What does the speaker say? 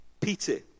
Peter